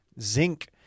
Zinc